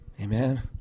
Amen